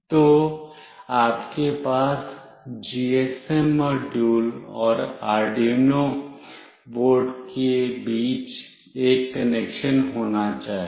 तो आपके पास जीएसएम मॉड्यूल और आर्डयूनो बोर्ड के बीच एक कनेक्शन होना चाहिए